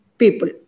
people